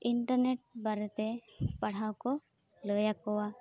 internet ᱵᱟᱨᱮᱛᱮ ᱯᱟᱲᱦᱟᱣ ᱠᱚ ᱞᱟᱹᱭᱟᱠᱚᱣᱟ